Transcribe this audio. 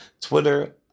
Twitter